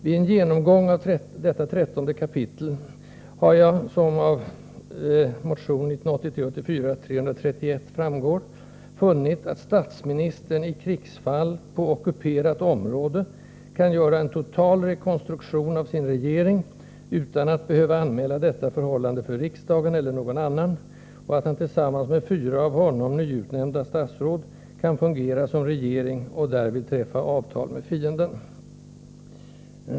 Vid en genomgång av kap. 13 har jag, som framgår av motion 1983/84:331, funnit att statsministern i krigsfall, på ockuperat område, kan göra en total rekonstruktion av sin regering utan att behöva anmäla detta förhållande för riksdagen eller någon annan och att han tillsammans med fyra av honom nyutnämnda statsråd kan fungera som regering och därvid träffa avtal med fienden.